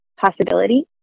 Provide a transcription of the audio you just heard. possibility